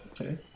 Okay